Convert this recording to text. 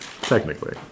Technically